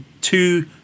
two